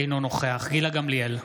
אינו נוכח גילה גמליאל,